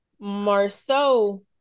Marceau